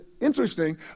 interesting